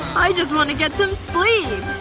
i just want to get some sleep!